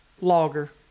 logger